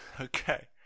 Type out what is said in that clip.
okay